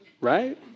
right